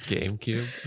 GameCube